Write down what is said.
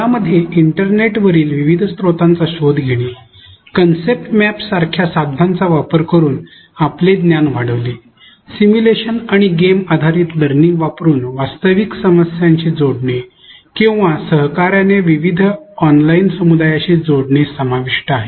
यामध्ये इंटरनेटवरील विविध स्त्रोतांचा शोध घेणे कन्सेप्ट मॅप यासारख्या साधनांचा वापर करून आपले ज्ञान वाढवणे सिमुलेशन आणि गेम आधारित शिक्षण वापरुन वास्तविक समस्यांशी जोडणे किंवा सहकार्याने विविध ऑनलाइन समुदायांशी जोडणे समाविष्ट आहे